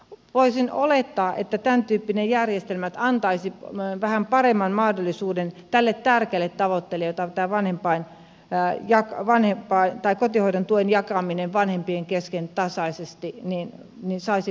voisin olettaa että tämäntyyppinen järjestelmä antaisi vähän paremman mahdollisuuden tälle tärkeälle tavoitteelle jotta tämä kotihoidon tuen jakaminen vanhempien kesken tasaisesti saisi paremman lopputuloksen